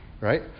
Right